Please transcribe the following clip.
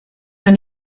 wenn